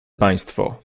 państwo